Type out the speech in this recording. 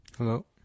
Hello